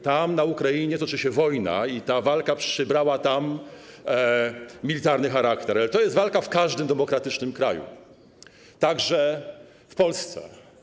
Tam, na Ukrainie toczy się wojna i ta walka przybrała militarny charakter, ale to jest walka w każdym demokratycznym kraju, także w Polsce.